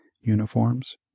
uniforms